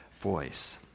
voice